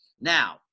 Now